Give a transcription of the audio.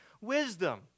wisdom